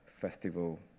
festival